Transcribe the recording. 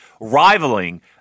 rivaling